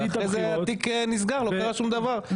ואחרי זה התיק נסגר לא קרה שום דבר,